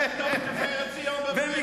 במקרה, למדת ב"תפארת ציון" בבני-ברק.